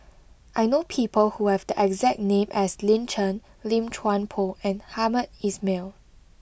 I know people who have the exact name as Lin Chen Lim Chuan Poh and Hamed Ismail